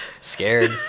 scared